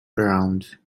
around